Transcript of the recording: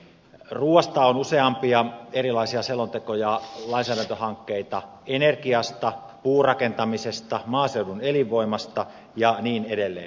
ruuasta on useampia erilaisia selontekoja lainsäädäntöhankkeita samoin energiasta puurakentamisesta maaseudun elinvoimasta ja niin edelleen